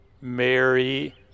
Mary